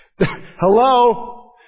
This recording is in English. Hello